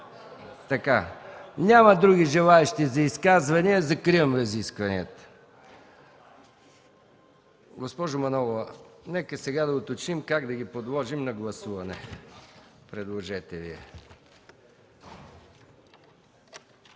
Смях.) Няма други желаещи за изказвания, закривам разискванията. Госпожо Манолова, нека сега да уточним как да ги подложим на гласуване, предложете Вие.